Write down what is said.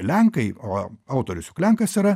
lenkai o autorius juk lenkas yra